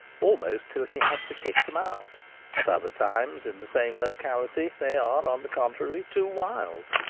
almost till he has to kick them out at other times in the same locality they are, on the contrary, too wild.